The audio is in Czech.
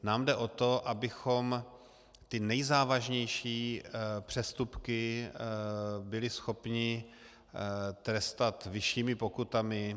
Nám jde o to, abychom ty nejzávažnější přestupky byli schopni trestat vyššími pokutami.